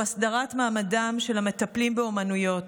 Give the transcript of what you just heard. הסדרת מעמדם של המטפלים באומנויות.